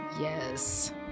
Yes